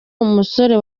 umusore